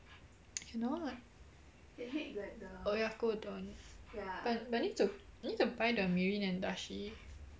cannot oyakodon but but need to need to buy the mirin and dashi